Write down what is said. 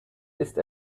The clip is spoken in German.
ist